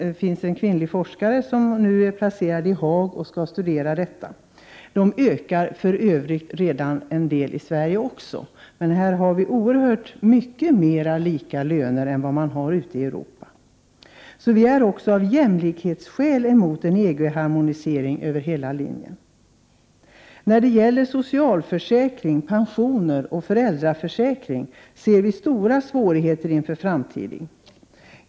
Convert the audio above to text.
En kvinnlig forskare, som nu är placerad i Haag, skall studera detta. Klyftorna ökar för övrigt nu en del i Sverige också, men här har vi oerhört mycket mera lika löner än vad man har ute i Europa. Så miljöpartiet är också av jämlikhetsskäl mot en EG-harmonisering över hela linjen. När det gäller socialförsäkring, pensioner och föräldraförsäkring ser vi stora svårigheter inför framtiden.